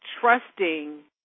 trusting